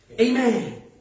Amen